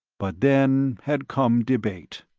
but then had come debate.